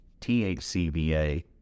THCVA